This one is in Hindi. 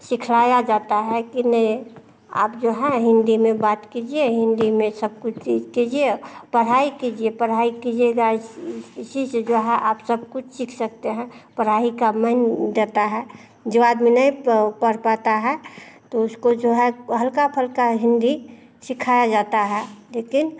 सिखाया जाता है कि नहीं आप जो है हिन्दी में बात कीजिए हिन्दी में सब कुछ ही कीजिए पढ़ाई कीजिए पढ़ाई कीजिए चाहे इसी से आप जो है सब कुछ सीख सकते हैं पढ़ाई का मन करता है जो आदमी नयी पढ़ पाता है तो उसको जो है हल्का फलका हिन्दी सिखाया जाता है लेकिन